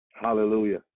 Hallelujah